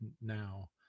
now